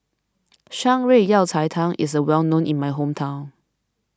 Shan Rui Yao Cai Tang is well known in my hometown